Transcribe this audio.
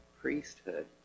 priesthood